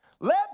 let